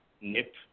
nip